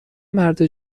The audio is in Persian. مرد